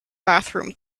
bathroom